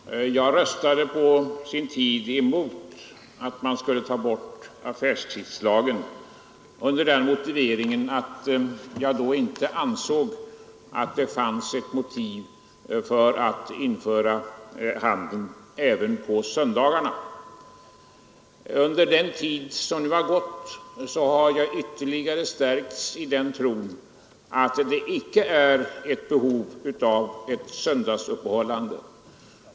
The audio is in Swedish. Fru talman! Jag röstade på sin tid emot att man skulle ta bort affärstidslagen under den motiveringen att jag då inte ansåg att det fanns motiv för att införa handel även på söndagarna. Under den tid som har gått har jag ytterligare stärkts i den tron att det icke är behov av ett söndagsöppethållande.